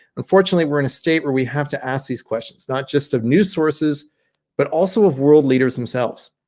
unfortunately we're in a state where we have to ask these questions not just of new sources but also of world leaders themselves.